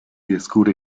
descubre